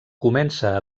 comença